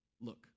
look